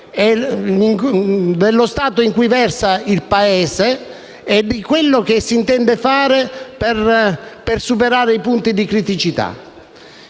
dello stato in cui versa il Paese e di ciò che si intende fare per superare i punti di criticità: